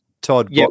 Todd